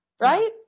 Right